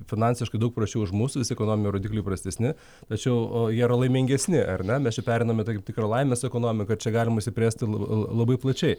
finansiškai daug prasčiau už mus visi ekonominiai rodikliai prastesni tačiau jie yra laimingesni ar ne mes čia pereinam į tam tikrą laimės ekonomiką čia galima išsiplėsti labai plačiai